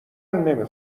نمی